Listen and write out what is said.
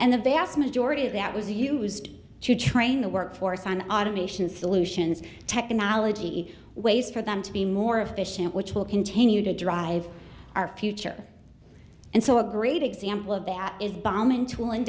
and the vast majority of that was used to train the workforce on automation solutions technology in ways for them to be more efficient which will continue to drive our future and so a great example of that is bombing tool